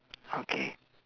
okay